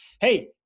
Hey